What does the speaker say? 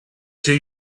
till